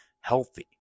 healthy